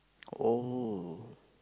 oh